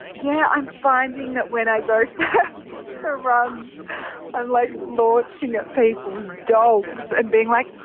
yeah, i'm finding that when i go for runs i'm like launching at people's dogs and being like,